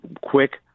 quick